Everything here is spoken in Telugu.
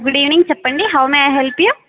గుడ్ ఈవెనింగ్ చెప్పండి how may I help you